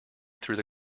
through